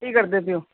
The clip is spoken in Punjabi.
ਕੀ ਕਰਦੇ ਪਏ ਹੋ